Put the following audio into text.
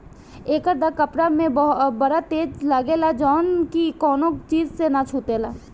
एकर दाग कपड़ा में बड़ा तेज लागेला जउन की कवनो चीज से ना छुटेला